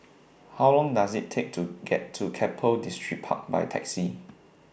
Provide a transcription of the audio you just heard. How Long Does IT Take to get to Keppel Distripark By Taxi